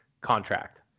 contract